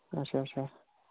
اچھا اچھا